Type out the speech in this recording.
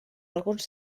alguns